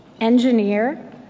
engineer